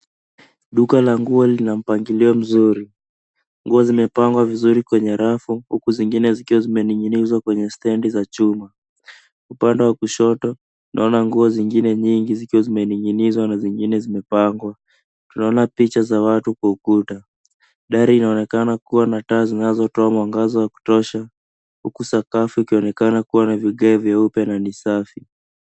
Duka la nguo lina mpangilio mzuri. Nguo zimepangwa vizuri kwenye rafu huku zingine zikiwa zimening'inizwa kwenye stendi za chuma. Upande wa kushoto, tunaona nguo zingine nyingi zikiwa zimening'inizwa na zingine zimepangwa. Tunaona picha za watu kwa ukuta. Dari linaonekana kuwa na taa zinazotoa mwangaza wa kutosha huku sakafu ikionekana kuwa na vigae vyeupe na ni safi.